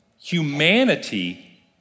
humanity